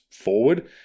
forward